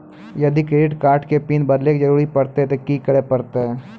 यदि credit card के pin बदले के जरूरी परतै ते की करे परतै?